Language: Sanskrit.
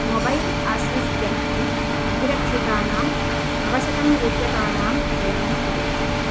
मोबैल् आश्वस्त्यर्थम् अभिरक्षितानां नवशतं रूप्यकाणां चयनं कुरु